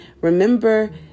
Remember